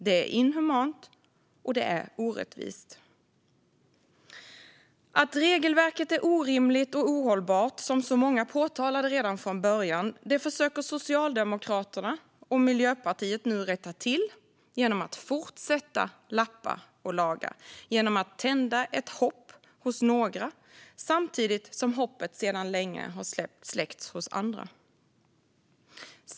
Det är inhumant, och det är orättvist. Att regelverket är orimligt och ohållbart, som många påtalade redan från början, försöker nu Socialdemokraterna och Sverigedemokraterna rätta till genom att fortsätta lappa och laga, genom att tända ett hopp hos några samtidigt som hoppet sedan länge har släckts för andra.